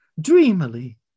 dreamily